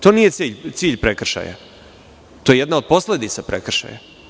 To nije cilj prekršaja, to je jedna od posledica prekršaja.